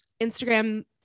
Instagram